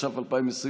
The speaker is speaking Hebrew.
התש"ף 2020,